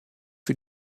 für